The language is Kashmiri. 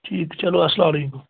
ٹھیٖک چلو السلام علیکُم